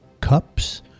cups